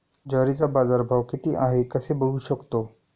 ज्वारीचा बाजारभाव किती आहे कसे बघू शकतो?